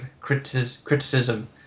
criticism